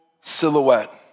silhouette